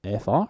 FR